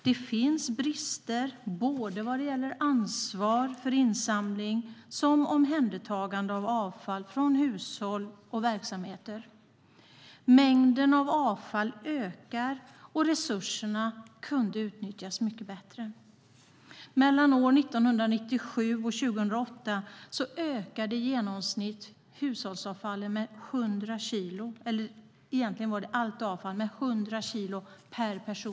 Det finns brister både vad gäller ansvar för insamling och omhändertagande av avfall från hushåll och verksamheter. Mängden avfall ökar, och resurserna kunde utnyttjas mycket bättre. Mellan år 1997 och 2008 ökade avfallet per person i Sverige med i genomsnitt 100 kilo.